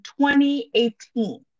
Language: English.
2018